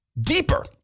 Deeper